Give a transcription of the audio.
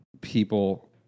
people